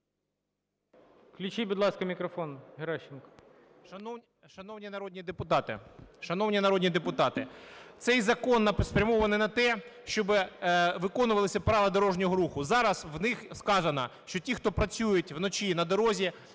Шановні народні депутати, цей закон спрямований на те, щоб виконувалися правила дорожнього руху. Зараз у них сказано, що ті, хто працюють вночі на дорозі,